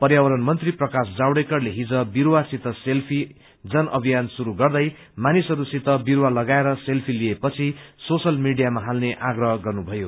पर्यावरण मन्त्री प्रकाश जावड़ेकरले हिज विरूवासित सेल्फी जन अभियान शुरू गर्दै मानिसहरूसित विरूवा लगाएर सेल्फी लिएपछि सोशियल मीडियामा हाल्ने आग्रह गर्नुभयो